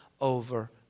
over